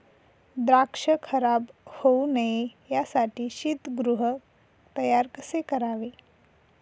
द्राक्ष खराब होऊ नये यासाठी शीतगृह तयार कसे करावे?